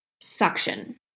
suction